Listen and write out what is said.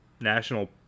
national